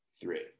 three